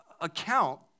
account